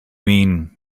mean